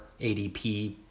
ADP